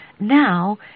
Now